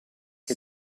che